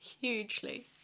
hugely